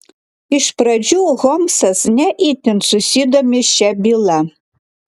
iš pradžių holmsas ne itin susidomi šia byla